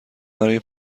برای